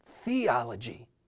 theology